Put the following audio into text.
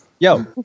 Yo